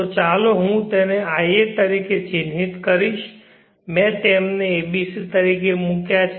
તો ચાલો હું તેને ia તરીકે ચિહ્નિત કરીશ મેં તેમને abc તરીકે મૂક્યા છે